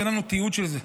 אין לנו תיעוד של זה,